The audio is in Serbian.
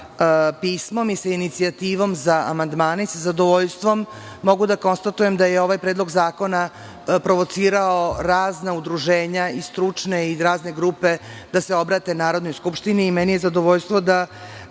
pismom i sa inicijativom za amandmane. Mogu sa zadovoljstvom da konstatujem da je ovaj predlog zakona provocirao razna udruženja, stručne i razne grupe, da se obrate Narodnoj skupštini. Zadovoljstvo mi